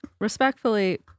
respectfully